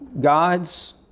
God's